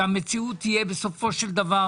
שהמציאות תהיה בסופו של דבר